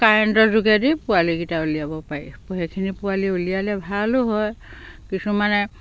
কাৰেণ্টৰ যোগেদি পোৱালিকেইটা উলিয়াব পাৰি সেইখিনি পোৱালি উলিয়ালে ভালো হয় কিছুমানে